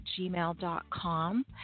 gmail.com